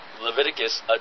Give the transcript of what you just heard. Leviticus